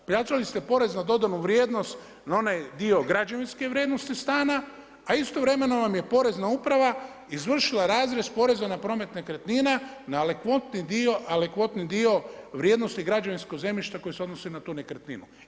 Plaćali ste porez na dodanu vrijednost na onaj dio građevinske vrijednosti stana, a istovremeno vam je Porezna uprava izvršila razrez poreza na promet nekretnina na alikvotni dio vrijednosti građevinskog zemljišta koji se odnosi na tu nekretninu.